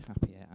happier